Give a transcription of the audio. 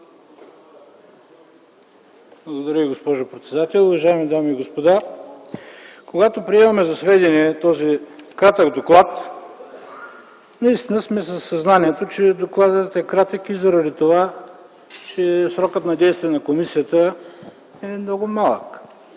Благодаря Ви, госпожо председател. Уважаеми дами и господа, когато приемаме за сведение този кратък доклад, наистина сме със съзнанието, че докладът е кратък и заради това, че срокът на действие на комисията е много малък.